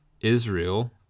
Israel